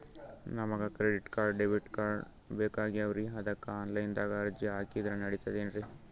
ನಮಗ credit card, debit card ಬೇಕಾಗ್ಯಾವ್ರೀ ಅದಕ್ಕ ಆನಲೈನದಾಗ ಅರ್ಜಿ ಹಾಕಿದ್ರ ನಡಿತದೇನ್ರಿ?